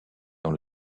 dans